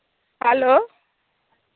hello